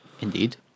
Indeed